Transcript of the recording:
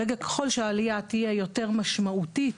ככל שהעלייה תהיה יותר משמעותית,